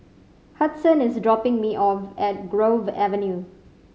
Hudson is dropping me off at Grove Avenue